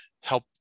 help